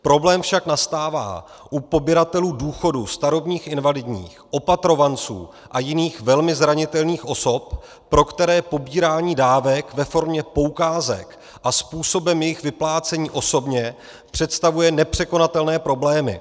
Problém však nastává u pobíratelů důchodů, starobních, invalidních, opatrovanců a jiných velmi zranitelných osob, pro které pobírání dávek ve formě poukázek a způsobem jejich vyplácení osobně představuje nepřekonatelné problémy.